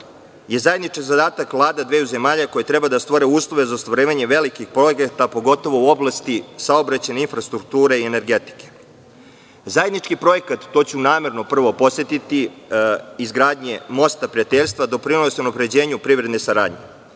je zajednički zadatak vlada dveju zemalja koje treba da stvore uslove za ostvarivanje velikih projekata, pogotovo u oblasti saobraćajne infrastrukture i energetike. Zajednički projekat, to ću namerno prvo podsetiti, izgradnje Mosta prijateljstva doprinosi unapređenju privredne saradnje.